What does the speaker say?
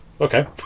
okay